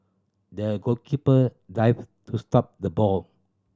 the goalkeeper dives to stop the ball